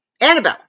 Annabelle